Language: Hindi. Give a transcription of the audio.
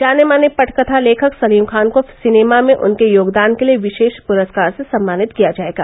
जाने माने पटकथा लेखक सलीम खान को सिनेमा में उनके योगदान के लिए विशेष पुरस्कार से सम्मानित किया जाएगा